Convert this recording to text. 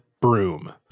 broom